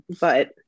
but-